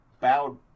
bowed